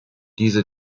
diese